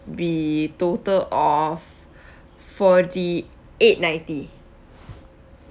be total of forty eight ninety